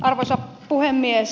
arvoisa puhemies